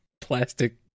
plastic